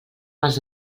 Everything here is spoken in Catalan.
pels